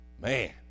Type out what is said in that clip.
Man